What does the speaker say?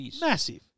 massive